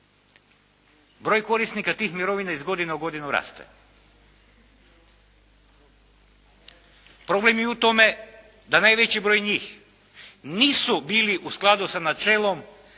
Broj korisnika tih mirovina iz godine u godinu raste. Problem je u tome da najveći broj njih nisu bili u skladu sa načelom